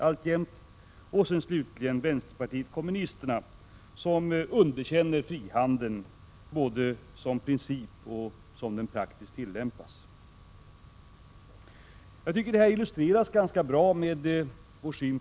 Sedan har vi slutligen vänsterpartiet kommunisterna som underkänner frihandeln både som princip och så som den praktiskt tillämpas. Jag tycker att vår syn på teko-frågorna illustrerar detta ganska bra.